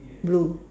blue